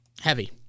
Heavy